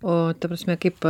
o ta prasme kaip